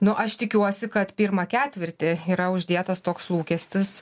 nu aš tikiuosi kad pirmą ketvirtį yra uždėtas toks lūkestis